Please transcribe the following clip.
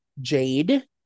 Jade